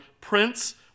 Prince